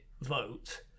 vote